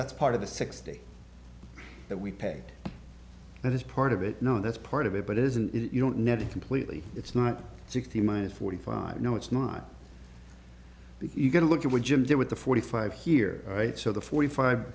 that's part of the sixty that we paid that is part of it no that's part of it but isn't it you don't need to completely it's not sixty minus forty five no it's not you get a look at what jim did with the forty five here right so the forty five